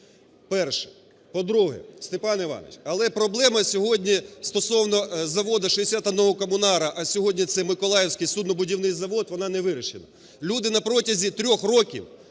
Перше. По-друге, Степан Іванович, але проблема сьогодні стосовно "заводу 61комунара", а сьогодні це Миколаївський суднобудівний завод, вона не вирішена. Люди на протязі трьох років